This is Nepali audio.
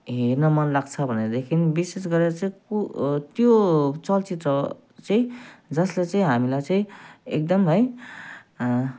हेर्न मनलाग्छ भनेदेखि विशेष गरेर चाहिँ को त्यो चलचित्र चाहिँ जसलाई चाहिँ हामीलाई चाहिँ एकदम है